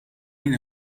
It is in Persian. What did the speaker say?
این